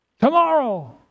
Tomorrow